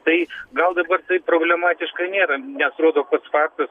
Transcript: tai gal dabar tai problematiška nėra neatrodo koks faktas